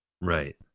Right